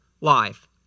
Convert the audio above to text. life